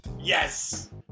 Yes